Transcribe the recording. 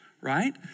right